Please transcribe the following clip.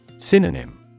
Synonym